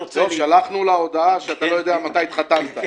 שלחנו לאשתך הודעה שאתה לא יודע מתי התחתנת.